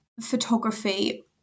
photography